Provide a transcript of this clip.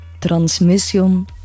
transmission